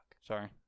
Sorry